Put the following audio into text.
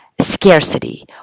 scarcity